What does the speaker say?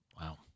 wow